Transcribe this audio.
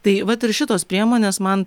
tai vat ir šitos priemonės man